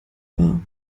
wahr